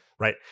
right